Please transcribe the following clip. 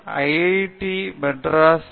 IIT Madras B